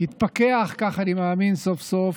התפכח סוף-סוף,